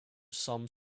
some